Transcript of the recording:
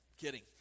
kidding